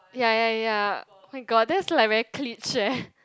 ya ya ya oh-my-god that's like very cliche eh